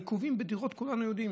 העיכובים בדירות, כולנו יודעים.